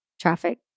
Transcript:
traffic